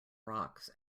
rocks